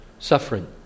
Suffering